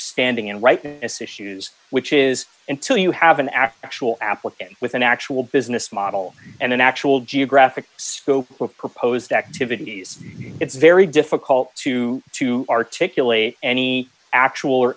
standing in writing this issue's which is until you have an actual applicant with an actual business model and an actual geographic scope of proposed activities it's very difficult to to articulate any actual